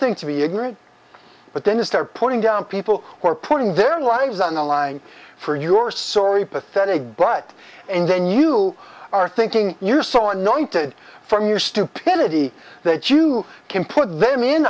thing to be ignorant but then to start putting down people who are putting their lives on the line for your sorry pathetic but and then you are thinking you saw anointed from your stupidity that you can put them in